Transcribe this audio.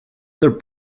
their